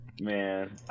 Man